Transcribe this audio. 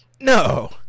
No